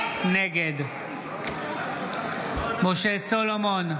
נגד משה סולומון,